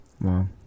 Wow